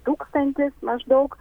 tūkstantis maždaug